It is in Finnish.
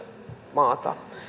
maata